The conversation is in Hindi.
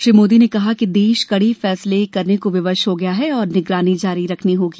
श्री मोदी ने कहा कि देश कड़े फैसले करने को विवश हो गया है और निगरानी जारी रखनी होगी